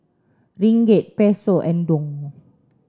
Ringgit Peso and Dong